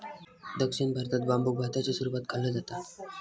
दक्षिण भारतात बांबुक भाताच्या स्वरूपात खाल्लो जाता